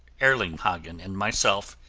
erlinghagen and myself,